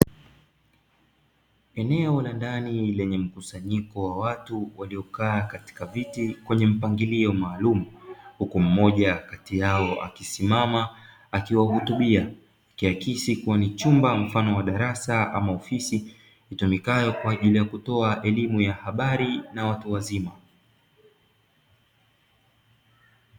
Eneo la ndani lenye mkusanyiko wa watu waliokaa katika viti kwenye mpangilio maalumu huku mmoja kati yao akisimama akiwahutubia, ikiakisi kuwa ni chumba mfano wa darasa ama ofisi itumikayo kwa ajili ya kutoa elimu ya habari na watu wazima.